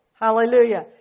Hallelujah